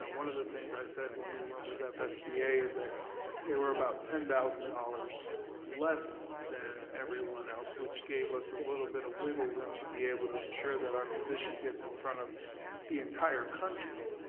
ah one of the things i said when we went with fsba is that they were about ten thousand dollars less than everyone else, which gave us a little bit of wiggle room to be able to ensure that our position gets in front of the entire country,